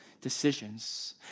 decisions